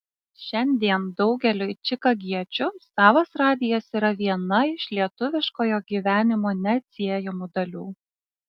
šiandien daugeliui čikagiečių savas radijas yra viena iš lietuviškojo gyvenimo neatsiejamų dalių